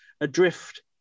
adrift